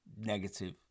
negative